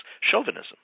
Chauvinism